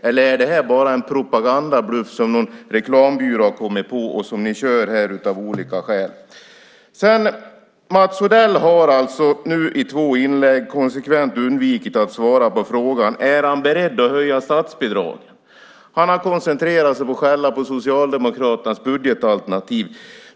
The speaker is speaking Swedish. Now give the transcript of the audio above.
Eller är detta bara en propagandabluff som någon reklambyrå har kommit på och som ni kör här av olika skäl? Mats Odell har i två inlägg konsekvent undvikit att svara på frågan om han är beredd att höja statsbidragen. Han har koncentrerat sig på att skälla på Socialdemokraternas budgetalternativ.